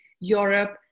Europe